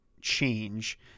change